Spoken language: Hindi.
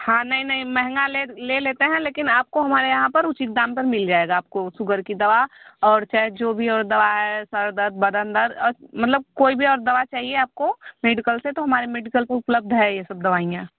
हाँ नहीं नहीं महँगा ले लेते हैं लेकिन आपको हमारे यहाँ पर उचित दाम पर मिल जाएगा आपको सुगर की दवा और चाहे जो भी और दवा है सर दर्द बदन दर्द औ मतलब कोई भी और दवा चाहिए आपको मेडिकल से तो हमारे मेडिकल को उपलब्ध है यह सब दवाईयाँ